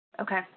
Okay